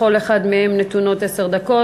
לכל אחד מהם נתונות עשר דקות.